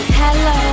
hello